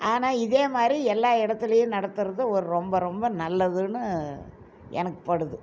ஆனால் இதேமாதிரி எல்லா இடத்துலையும் நடத்துறது ஒரு ரொம்ப ரொம்ப நல்லதுனு எனக்குப்படுது